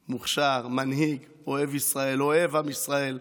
מוכשר, מנהיג, אוהב ישראל, אוהב עם ישראל,